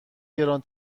گران